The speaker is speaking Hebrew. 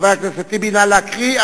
חבר הכנסת טיבי, נא להקריא.